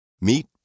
Meet